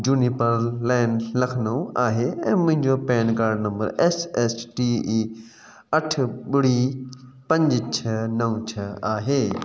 झूनीपड़ लैन लखनऊ आहे ऐं मुंहिंजो PAN card number S S T E अठ ॿुड़ी पंज छह नव छह आहे